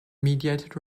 mediated